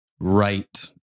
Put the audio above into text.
right